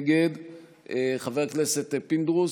לא, אני אומר, זה מחזיק